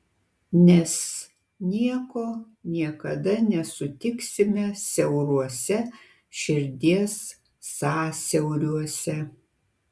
nes nieko niekada nesutiksime siauruose širdies sąsiauriuose